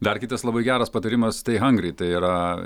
dar kitas labai geras patarimas tai hangri tai yra